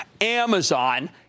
Amazon